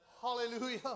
Hallelujah